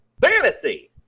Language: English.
Fantasy